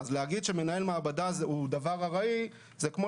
להגיד שמנהל מעבדה הוא דבר ארעי זה כמו